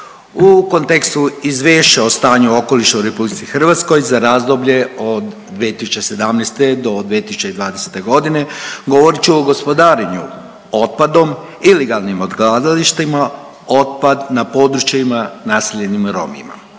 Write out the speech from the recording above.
U kontekstu Izvješća o stanju okoliša u RH za razdoblje od 2017.-2020.g. govorit ću o gospodarenju otpadom, ilegalnim odlagalištima, otpad na područjima naseljenim Romima.